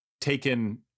taken